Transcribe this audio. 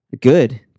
Good